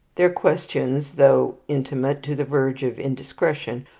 their questions, though intimate to the verge of indiscretion,